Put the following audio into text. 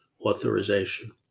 authorization